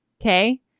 Okay